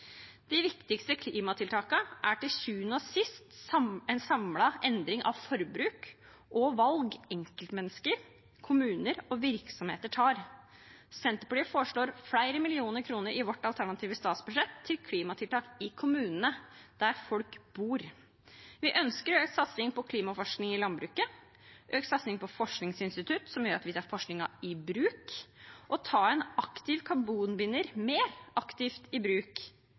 De viktigste klimatiltakene er til sjuende og sist en samlet endring av forbruk og valg enkeltmennesker, kommuner og virksomheter tar. I vårt alternative statsbudsjett foreslår Senterpartiet flere millioner kroner til klimatiltak i kommunene, der folk bor. Vi ønsker økt satsing på klimaforskning i landbruket, økt satsing på forskningsinstitutter – som gjør at vi tar forskningen i bruk – og å ta en aktiv karbonbinder mer aktivt i bruk: